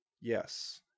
Yes